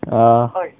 err